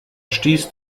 stieß